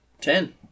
Ten